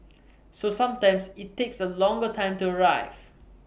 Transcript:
so sometimes IT takes A longer time to arrive